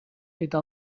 eta